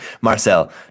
Marcel